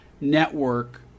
network